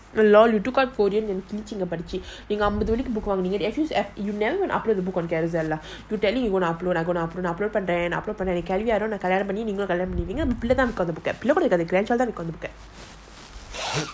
LOL you took out கிழிச்சீன்கபடிச்சிநீங்கஅம்பதுவாங்குனீங்க:kilicheenga padichi neenga ambathu vanguneenga